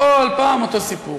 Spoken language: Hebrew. כל פעם אותו סיפור.